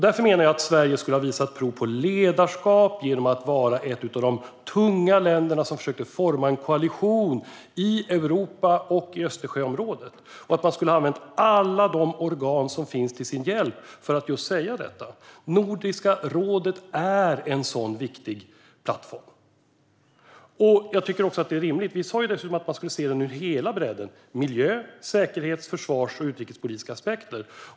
Därför menar jag att Sverige skulle ha visat prov på ledarskap genom att vara ett av de tunga länder som försöker forma en koalition i Europa och i Östersjöområdet och att man skulle ha använt alla de organ som finns till ens hjälp till att säga just detta. Nordiska rådet är en sådan viktig plattform. Jag tycker också att det är rimligt. Vi sa ju dessutom att vi skulle se detta ur hela bredden av aspekter - miljö, säkerhets, försvars och utrikespolitiska aspekter.